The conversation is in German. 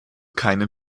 keinem